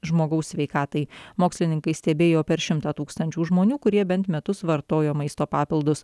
žmogaus sveikatai mokslininkai stebėjo per šimtą tūkstančių žmonių kurie bent metus vartojo maisto papildus